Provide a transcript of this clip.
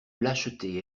lâcheté